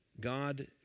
God